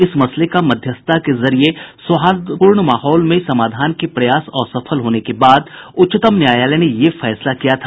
इस मसले का मध्यस्थता के जरिये सौहार्द्रपूर्ण समाधान के प्रयास असफल होने के बाद उच्चतम न्यायालय ने यह फैसला किया था